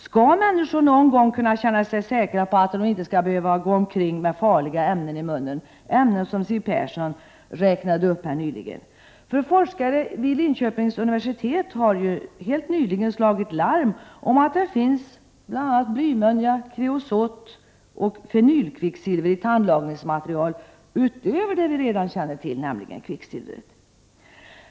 Skall människor någon gång kunna känna sig säkra på att de inte skall behöva gå omkring med farliga ämnen i munnen? Siw Persson räknade nyligen upp en rad ämnen. Forskare vid Linköpings universitet har nyligen slagit larm om att det finns bl.a. blymönja, kreosot och fenylkvicksilver i tandlagningsmaterial, utöver det vi redan känner till, nämligen kvicksilver.